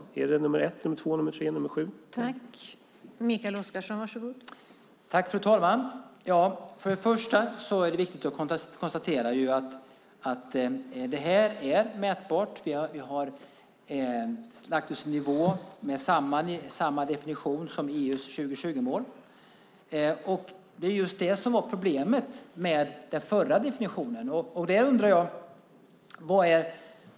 Är det att vara nummer ett, nummer två, nummer tre eller nummer sju?